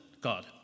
God